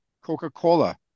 Coca-Cola